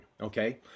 okay